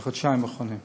בחודשיים האחרונים.